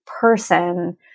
person